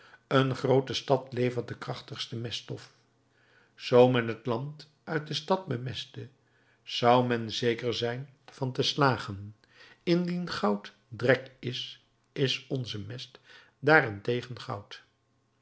een groote stad levert de krachtigste meststof zoo men het land uit de stad bemestte zou men zeker zijn van te slagen indien goud drek is is onze mest